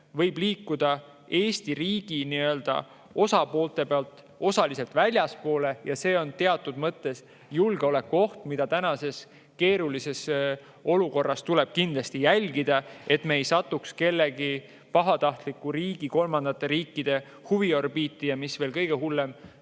võib liikuda Eesti riigis [asuvatelt] osapooltelt osaliselt [riigist] väljapoole. See on teatud mõttes julgeolekuoht, mida tänases keerulises olukorras tuleb kindlasti jälgida, et me ei satuks mõne pahatahtliku riigi, kolmanda riigi huviorbiiti, ja mis veel kõige hullem,